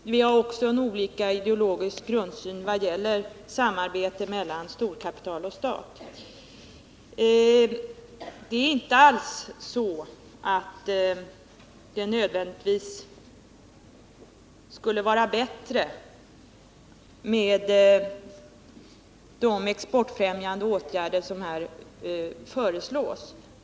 Dessutom har vi olika ideologisk grundsyn i vad gäller samarbete mellan storkapital och stat. Det behöver inte nödvändigtvis vara bättre med de exportfrämjande åtgärder som här föreslås.